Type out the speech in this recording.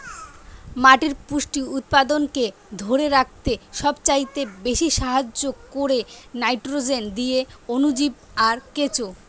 মাটির পুষ্টি উপাদানকে ধোরে রাখতে সবচাইতে বেশী সাহায্য কোরে নাইট্রোজেন দিয়ে অণুজীব আর কেঁচো